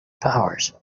powers